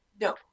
no